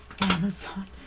Amazon